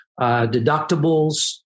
deductibles